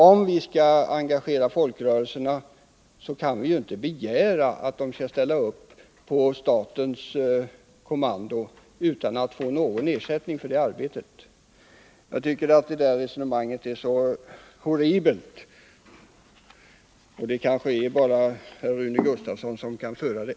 Om vi skall engagera folkrörelserna kan vi inte begära att de skall ställa upp på statens kommando utan att få ersättning för det arbetet. Det resonemanget är horribelt, och det kanske bara är Rune Gustavsson som kan föra det.